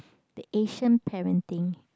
the Asian parenting